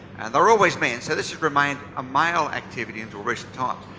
and they're always men, so this has remained a male activity until recent times.